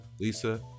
Lisa